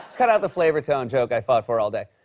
cut out the flavortown joke i fought for all day.